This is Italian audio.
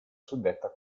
suddetta